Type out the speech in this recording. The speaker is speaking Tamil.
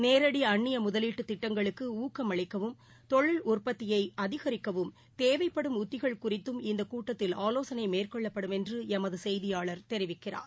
நேரடிஅந்நியமுதலீட்டுத் திட்டங்களுக்குஊக்கம் அளிக்கவும் தொழில் உற்பத்தியைஅதிகரிக்கவும் தேவைப்படும் உத்திகள் குறித்தும் இந்தகூட்டத்தில் ஆலோசனைமேற்கொள்ளப்படும் என்றுளமதுசெய்தியாளர் தெரிவிக்கிறார்